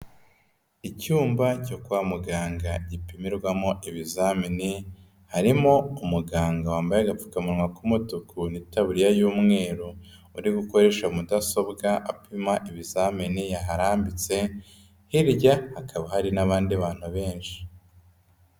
Icyumba cyo kwa muganga gipimirwamo ibizamini, harimo umuganga wambaye agapfukamunwa k'umutuku n'itaburiya y'umweru, uri gukoresha mudasobwa apima ibizamini yaharambitse, hirya hakaba hari n'abandi bantu benshi.